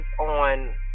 on